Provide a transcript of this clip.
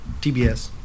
TBS